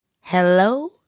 Hello